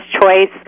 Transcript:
choice